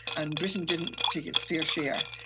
and britain didn't take its fair share,